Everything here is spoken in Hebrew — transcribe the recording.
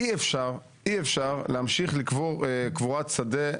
אי אפשר להמשיך לקבור קבורת שדה